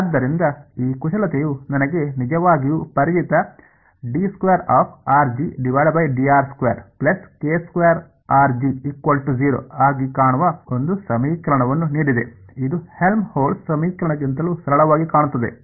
ಆದ್ದರಿಂದ ಈ ಕುಶಲತೆಯು ನನಗೆ ನಿಜವಾಗಿಯೂ ಪರಿಚಿತ ಆಗಿ ಕಾಣುವ ಒಂದು ಸಮೀಕರಣವನ್ನು ನೀಡಿದೆ ಇದು ಹೆಲ್ಮ್ಹೋಲ್ಟ್ಜ್ ಸಮೀಕರಣಕ್ಕಿಂತಲೂ ಸರಳವಾಗಿ ಕಾಣುತ್ತದೆ